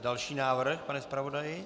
Další návrh, pane zpravodaji.